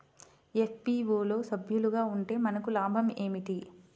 FPO లో సభ్యులుగా ఉంటే మనకు లాభం ఏమిటి?